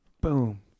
boom